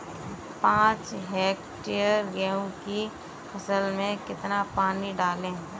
पाँच हेक्टेयर गेहूँ की फसल में कितना पानी डालें?